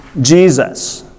Jesus